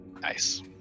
Nice